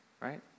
Right